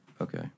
Okay